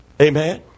Amen